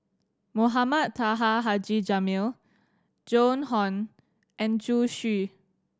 Mohamed Taha Haji Jamil Joan Hon and Zhu Xu